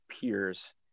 peers